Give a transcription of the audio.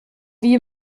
wie